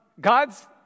God's